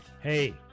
Hey